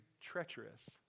treacherous